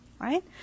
Right